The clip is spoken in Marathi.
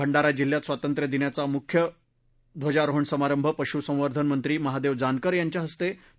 भंडारा जिल्ह्यात स्वातंत्र्य दिनाचा मुख्य ध्वजारोहण समारंभ पशुसंवर्धन मंत्री महादेव जानकर यांच्या हस्ते झाला